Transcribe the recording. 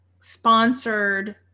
sponsored